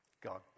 God